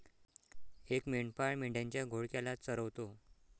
एक मेंढपाळ मेंढ्यांच्या घोळक्याला चरवतो